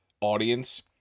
audience